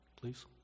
please